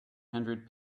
hundred